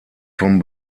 vom